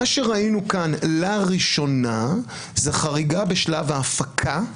מה שראינו כאן לראשונה זה חריגה בשלב ההפקה.